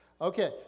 Okay